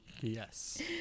Yes